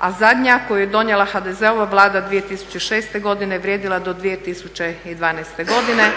a zadnja koju je donijela HDZ-ova Vlada 2006. godine vrijedila je do 2012. godine.